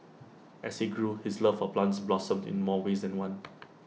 as he grew his love for plants blossomed in more ways than one